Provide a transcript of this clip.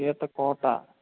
Ethakota